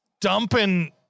dumping